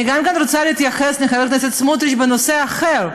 אני גם רוצה להתייחס לחבר הכנסת סמוטריץ בנושא אחר.